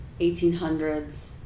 1800s